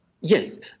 Yes